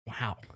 Wow